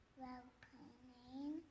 welcoming